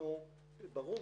ברור